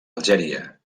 algèria